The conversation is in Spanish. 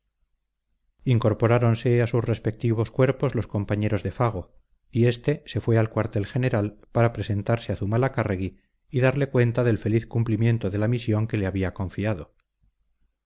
guerra incorporáronse a sus respectivos cuerpos los compañeros de fago y éste se fue al cuartel general para presentarse a zumalacárregui y darle cuenta del feliz cumplimiento de la misión que le había confiado